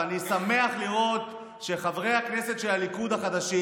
ואני שמח לראות שחברי הכנסת החדשים